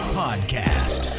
podcast